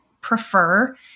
prefer